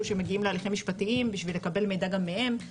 שמגיעים להליכים משפטיים בשביל לקבל מידע גם מהם.